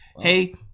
hey